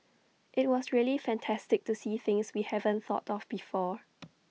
IT was really fantastic to see things we haven't thought of before